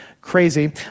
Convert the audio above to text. crazy